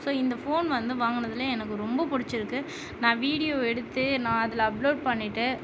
so இந்த phone வந்து வாங்கினதுலயே எனக்கு ரொம்ப பிடிச்சிருக்கு நான் வீடியோ எடுத்து நான் அதில் அப்லோட் பண்ணிகிட்டு